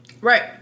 Right